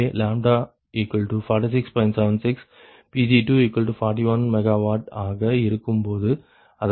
76 Pg241 MW ஆக இருக்கும்போது அதாவது λ146